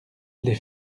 les